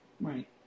Right